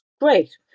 Great